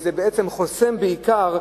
זה בעצם חוסם בעיקר,